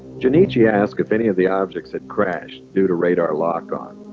junichi and asked if any of the objects had crashed due to radar lock on